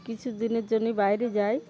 কিছু দিনের জন্যে বাইরে যাই